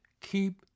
keep